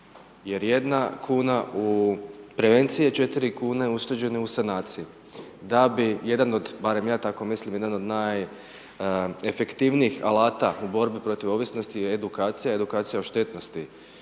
jer jedna kuna u prevenciji je 4 kune ušteđene u sanaciji. Da bi jedan od, barem ja tako mislim, jedan od najefektivnijih alata u borbi protiv ovisnosti je edukacija, edukacija o štetnosti